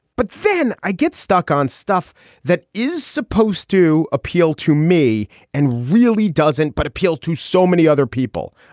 but then i get stuck on stuff that is supposed to appeal to me and really doesn't but appeal to so many other people.